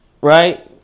right